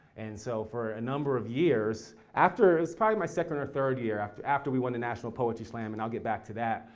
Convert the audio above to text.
and so for a number of years, after it was probably my second or third year after after we won the national poetry slam, and i'll get back to that.